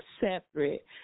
separate